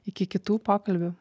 iki kitų pokalbių